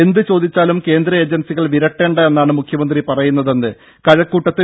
എന്ത് ചോദിച്ചാലും കേന്ദ്ര ഏജൻസികൾ വിരട്ടേണ്ട എന്നാണ് മുഖ്യമന്ത്രി പറയുന്നതെന്ന് കഴക്കൂട്ടത്ത് ബി